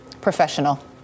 professional